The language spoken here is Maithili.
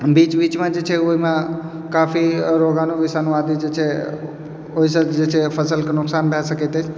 बीच बीचमे जे छै ओहिमे काफी रोगाणु विषाणु आदि जे छै ओहिसँ जे छै फसलके नोकसान भए सकैत अछि